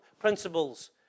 principles